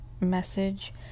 message